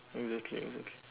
exactly exactly